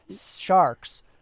Sharks